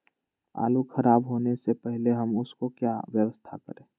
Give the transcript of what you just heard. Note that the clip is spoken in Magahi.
आलू खराब होने से पहले हम उसको क्या व्यवस्था करें?